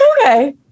Okay